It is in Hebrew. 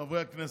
חברי הכנסת,